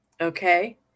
okay